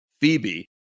Phoebe